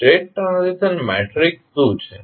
state transition matrix શું છે